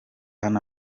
hano